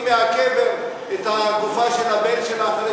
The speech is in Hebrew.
מהקבר את הגופה של הבן שלה אחרי 12 יום?